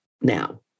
now